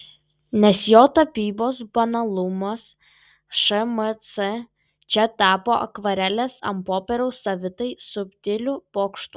nes jo tapybos banalumas šmc čia tapo akvarelės ant popieriaus savitai subtiliu pokštu